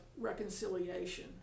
reconciliation